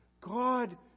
God